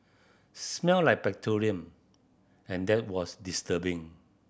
smelt like petroleum and that was disturbing